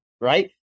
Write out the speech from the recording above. right